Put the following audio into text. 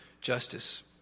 justice